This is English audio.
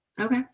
Okay